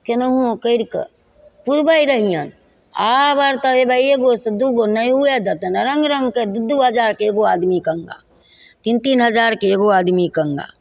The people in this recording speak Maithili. कोनाहु करिके पुरबै रहिअनि आब आओर तऽ हेबे एगो से दुइ गो नहि होइ देतनि रङ्ग रङ्गके दुइ दुइ हजारके एगो आदमीके अङ्गा तीन तीन हजारके एगो आदमीके अङ्गा